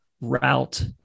route